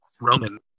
Roman